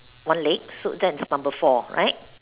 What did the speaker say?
one leg so that's number four right